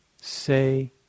say